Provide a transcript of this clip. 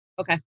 okay